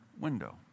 window